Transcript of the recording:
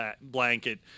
blanket